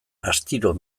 astiro